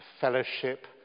fellowship